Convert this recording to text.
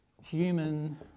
Human